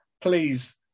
Please